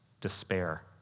despair